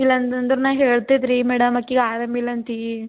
ಇಲ್ಲಂದಂದ್ರೆ ನಾ ಹೇಳ್ತಿದ್ದೆ ರೀ ಮೇಡಮ್ ಆಕೆಗ್ ಆರಾಮಿಲ್ಲ ಅಂತ